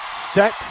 set